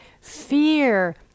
Fear